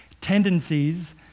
tendencies